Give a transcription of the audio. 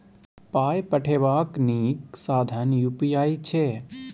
पाय पठेबाक नीक साधन यू.पी.आई छै